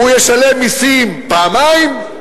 הוא ישלם מסים פעמיים?